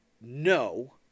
no